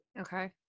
Okay